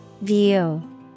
View